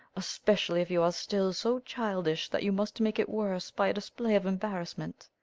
especially if you are still so childish that you must make it worse by a display of embarrassment.